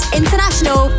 international